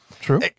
True